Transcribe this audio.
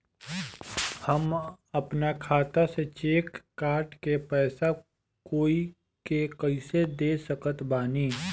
हम अपना खाता से चेक काट के पैसा कोई के कैसे दे सकत बानी?